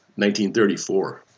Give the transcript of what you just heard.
1934